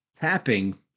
tapping